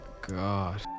God